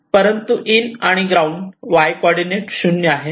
परंतु इन आणि ground Y coordinate 0 आहे